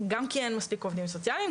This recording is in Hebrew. גם כי אין מספיק עובדים סוציאליים,